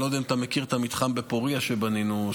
אני לא יודע אם אתה מכיר את המתחם שבנינו בפוריה,